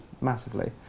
massively